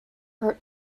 hurt